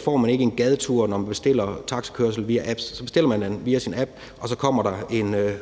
får man ikke en gadetur, når man bestiller taxakørsel via apps. Så bestiller man via sin app, og så kommer der en bil